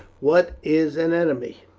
what is an enemy?